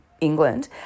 England